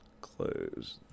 close